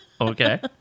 okay